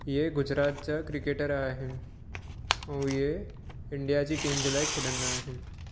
इहे गुजरात जा क्रिकेटर आहिनि ऐं इहे इंडिया जी टीम जे लाइ खेॾंदा आहिनि